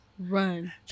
run